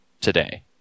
today